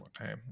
Okay